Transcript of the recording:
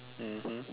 mmhmm